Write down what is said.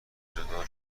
جدا